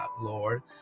Lord